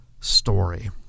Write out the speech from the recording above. story